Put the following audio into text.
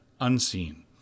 unseen